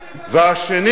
והשני,